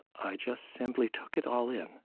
i just simply took it all in.